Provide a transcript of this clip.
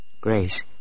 Grace